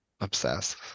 Obsessed